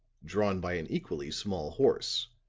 drawn by an equally small horse.